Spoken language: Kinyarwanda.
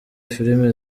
film